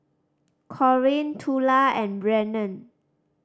Corinne Tula and Brennen